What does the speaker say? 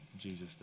Jesus